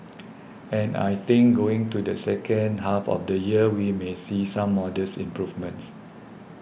and I think going to the second half of the year we may see some modest improvements